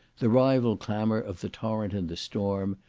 the rival clamour of the torrent and the storm,